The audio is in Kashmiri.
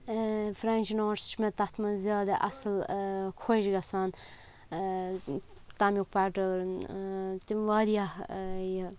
فرٛٮ۪نٛچ نوڈٕس چھِ مےٚ تَتھ منٛز زیادٕ اَصٕل خۄش گَژھان تَمیُک پیٹٲرٕن تِم واریاہ یہِ